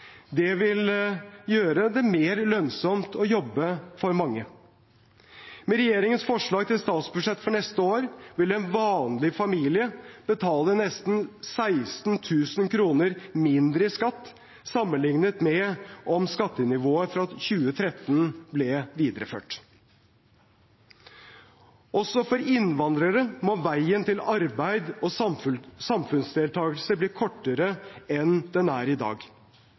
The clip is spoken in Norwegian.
Det vil gjøre det mer lønnsomt for mange å jobbe. Med regjeringens forslag til statsbudsjett for neste år vil en vanlig familie betale nesten 16 000 kr mindre i skatt sammenlignet med om skattenivået fra 2013 ble videreført. Også for innvandrere må veien til arbeid og samfunnsdeltagelse bli kortere enn den er i dag.